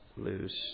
lose